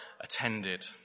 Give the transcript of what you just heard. attended